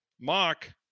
Mark